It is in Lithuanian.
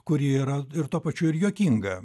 kuri yra ir tuo pačiu ir juokinga